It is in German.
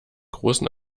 großen